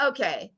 Okay